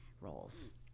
roles